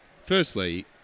firstly